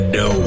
no